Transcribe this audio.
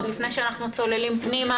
עוד לפני שאנחנו צוללים פנימה.